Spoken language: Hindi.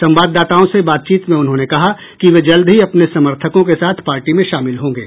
संवाददाताओं से बातचीत में उन्होंने कहा कि वे जल्द ही अपने समर्थकों के साथ पार्टी में शामिल होंगे